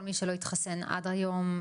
כל מי שלא התחסן עד היום,